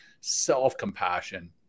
self-compassion